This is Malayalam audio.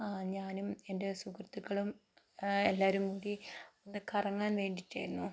ഞാനും എൻ്റെ സുഹൃത്തുക്കളും എല്ലാവരും കൂടി ഒന്ന് കറങ്ങാൻ വേണ്ടിയിട്ടായിരുന്നു